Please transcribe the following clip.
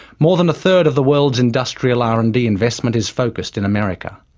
more than a third of the world's industrial r and d investment is focused in america.